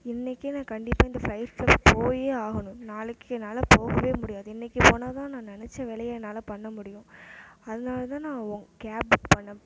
இன்னிக்கே நான் கண்டிப்பாக இந்த ஃபிளைட்டில் போய் ஆகணும் நாளைக்கு என்னால் போகவே முடியாது இன்னிக்கு போனால் தான் நான் நினைச்ச வேலையை என்னால் பண்ண முடியும் அதனால் தான் நான் உங்கள் கேப் புக் பண்ணேன்